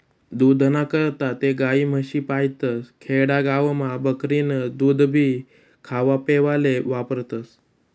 दूधना करता ते गायी, म्हशी पायतस, खेडा गावमा बकरीनं दूधभी खावापेवाले वापरतस